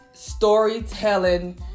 storytelling